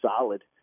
solid